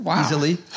easily